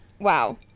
Wow